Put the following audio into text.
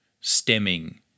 stemming